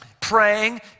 praying